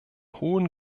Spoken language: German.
hohen